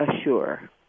Assure